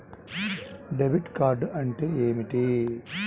Debit card అంటే ఏమిటి?